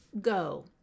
Go